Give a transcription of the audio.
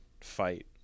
fight